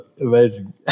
amazing